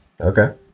Okay